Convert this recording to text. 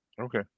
Okay